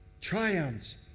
triumphs